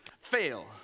Fail